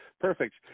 perfect